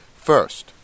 First